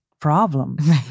Problems